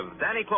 Danny